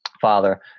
father